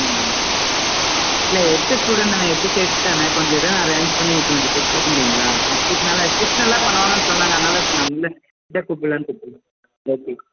ம் ம் இல்லை எட்டு ஸ்டூடண்ட் தானே எட்டு செட் தானே கொஞ்சம் எதும் அரேஞ்ச் பண்ணி எடுத்துகிட்டு வந்து தைச்சுக் கொடுக்க முடியுங்களா கொஞ்சம் ஸ்டிச் நல்லா ஸ்டிச் நல்லா பண்ணுவாங்கன்னு சொன்னாங்கள் அதனால் தான் சரி நாங்கள் உங்களை இதாக கூப்பிட்லான்னு